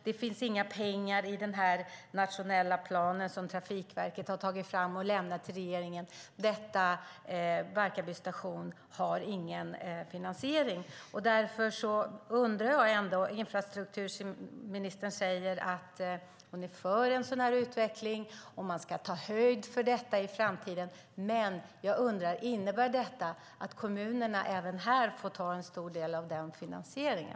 Det finns inga pengar i den nationella planen som Trafikverket har tagit fram och lämnat till regeringen. Det finns ingen finansiering för Barkarby station. Infrastrukturministern säger att hon är för en sådan utveckling, att man ska ta höjd för den i framtiden, men innebär det att kommunerna även här får stå för en stor del av den finansieringen?